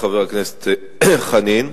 תודה לחבר הכנסת חנין.